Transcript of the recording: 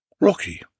Rocky